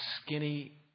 skinny